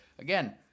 Again